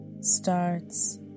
starts